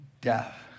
death